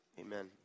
amen